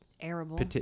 Arable